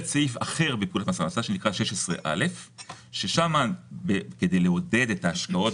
סעיף אחר בפקודת מס הכנסה שנקרא 16א ששם כדי לעודד את ההשקעות